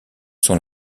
sont